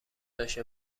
داشته